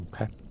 Okay